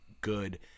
good